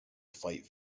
fight